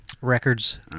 records